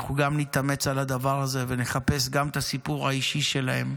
אנחנו נתאמץ גם על הדבר הזה ונחפש גם את הסיפור האישי שלהם,